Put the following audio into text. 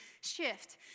shift